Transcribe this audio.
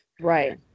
Right